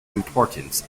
importance